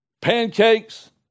Pancakes